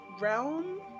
realm